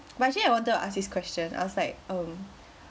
but actually I want to ask you this question I was like mm